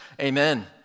amen